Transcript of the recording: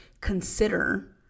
consider